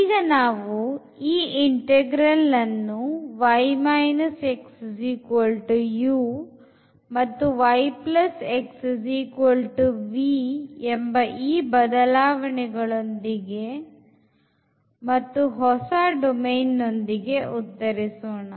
ಈಗ ನಾವು ಈ integral ನ್ನು y xuಮತ್ತುyxv ಎಂಬ ಈ ಬದಲಾವಣೆಗಳೊಂದಿಗೆ ಮತ್ತು ಹೊಸ ಡೊಮೇನ್ ನೊಂದಿಗೆ ಉತ್ತರಿಸೋಣ